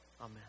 Amen